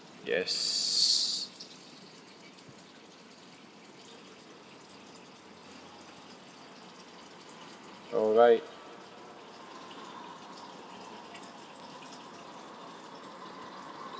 yes alright